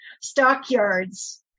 stockyards